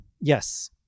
Yes